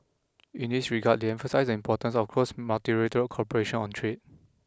in this regard they emphasised the importance of close multilateral cooperation on trade